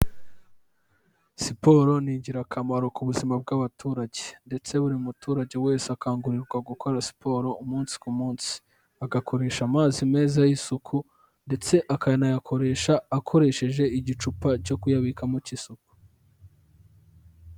Siporo ni ingirakamaro ku buzima bw'abaturage, ndetse buri muturage wese akangurirwa gukora siporo umunsi ku munsi, agakoresha amazi meza y'isuku, ndetse akanayakoresha akoresheje igicupa cyo kuyabikamo k'isuku.